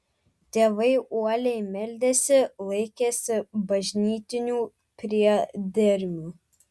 tėvai uoliai meldėsi laikėsi bažnytinių priedermių